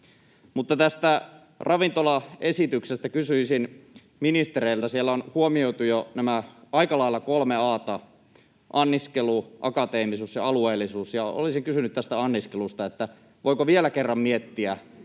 Tästä ravintolaesityksestä kysyisin ministereiltä: Siellä on huomioitu aika lailla jo nämä kolme A:ta — anniskelu, akateemisuus ja alueellisuus — ja olisin kysynyt tästä anniskelusta: voiko vielä kerran miettiä,